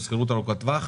לשכירות ארוכת טווח,